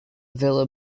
villa